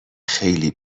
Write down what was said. خیلی